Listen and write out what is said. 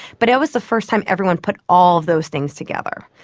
but it was the first time anyone put all of those things together.